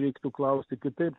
reiktų klausti kitaip